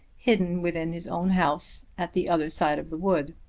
hidden within his own house at the other side of the wood.